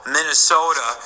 Minnesota